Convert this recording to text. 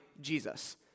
Jesus